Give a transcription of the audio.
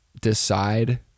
decide